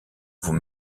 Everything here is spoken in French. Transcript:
vous